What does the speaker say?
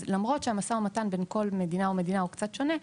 אז למרות שהמשא ומתן בין מדינה למדינה הוא מאוד שונה,